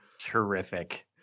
terrific